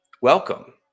Welcome